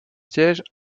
siège